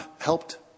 helped